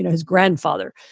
his grandfather,